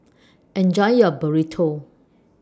Enjoy your Burrito